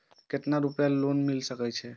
केतना रूपया लोन मिल सके छै?